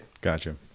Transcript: Gotcha